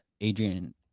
Adrian